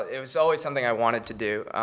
it was always something i wanted to do.